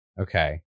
Okay